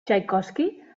txaikovski